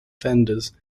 fenders